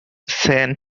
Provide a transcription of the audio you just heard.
san